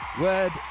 Word